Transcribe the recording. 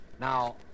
Now